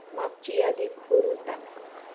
मागची यादी खोडून टाक